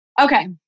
Okay